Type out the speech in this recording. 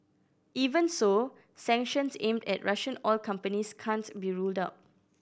even so sanctions aimed at Russian oil companies can't be ruled out